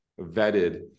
vetted